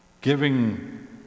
giving